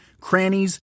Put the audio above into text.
crannies